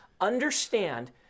understand